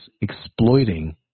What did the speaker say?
exploiting